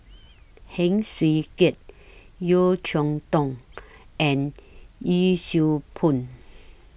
Heng Swee Keat Yeo Cheow Tong and Yee Siew Pun